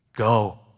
Go